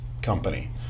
company